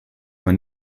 aber